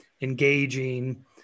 engaging